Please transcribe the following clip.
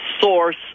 source